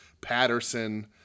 patterson